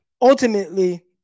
Ultimately